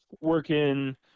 working